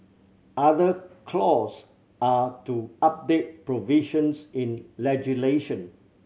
other clause are to update provisions in legislation